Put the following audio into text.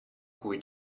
cui